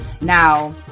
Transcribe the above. Now